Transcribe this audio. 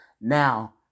Now